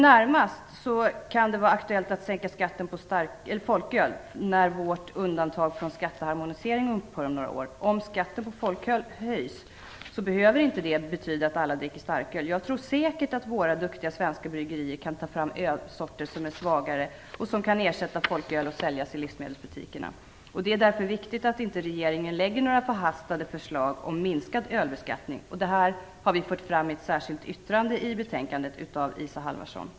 Det kan vara aktuellt att sänka skatten på folköl när vårt undantag från skatteharmonisering upphör om några år. Om skatten på folköl i stället höjs behöver det inte betyda att alla dricker starköl. Jag tror säkert att våra duktiga svenska bryggerier kan ta fram ölsorter som är ännu svagare som kan ersätta folkölet och säljas i livsmedelsbutikerna. Det är därför viktigt att regeringen inte lägger fram några förhastade förslag om en minskad ölbeskattning. Det här har vi fört fram i ett särskilt yttrande av Isa Halvarsson som har fogats till betänkandet.